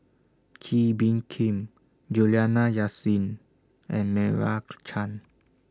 Kee Bee Khim Juliana Yasin and Meira Chand